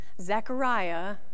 Zechariah